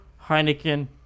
Heineken